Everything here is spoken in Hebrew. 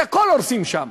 הכול הורסים שם,